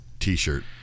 t-shirt